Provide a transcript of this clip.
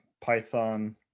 Python